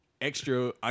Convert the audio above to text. extra